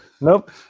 Nope